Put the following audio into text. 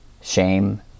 shame